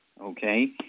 okay